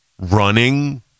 running